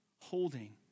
holding